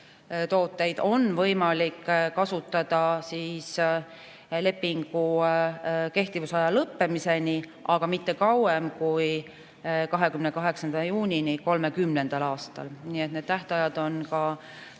tooteid on võimalik kasutada lepingu kehtivusaja lõppemiseni, aga mitte kauem kui 28. juunini 2030. aastal. Need tähtajad on